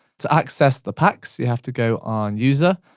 to access the packs, you have to go on user,